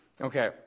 Okay